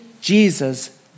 Jesus